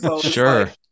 sure